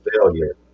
failure